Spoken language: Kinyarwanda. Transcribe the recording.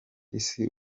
isi